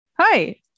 Hi